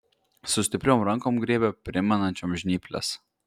su stipriom rankom griebė primenančiom žnyples